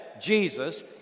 Jesus